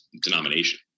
denomination